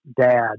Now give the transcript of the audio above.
dad